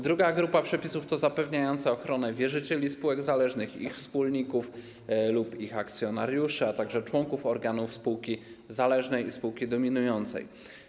Druga grupa przepisów to przepisy zapewniające ochronę wierzycieli spółek zależnych i ich wspólników lub ich akcjonariuszy, a także członków organów spółki zależnej i spółki dominującej.